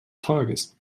tages